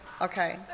Okay